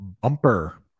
bumper